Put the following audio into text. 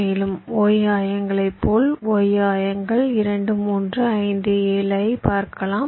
மேலும் y ஆயங்களை போல் y ஆயங்கள் 2 3 5 7 ஐ பார்க்கலாம்